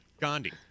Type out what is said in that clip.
Gandhi